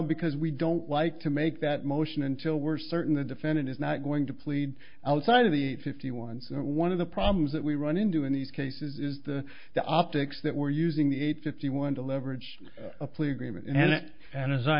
because we don't like to make that motion until we're certain the defendant is not going to plead outside of the fifty one so one of the problems that we run into in these cases is the the optics that were using the eight fifty one to leverage a plea agreement and then as i